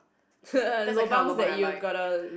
lobangs that you gotta